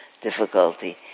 difficulty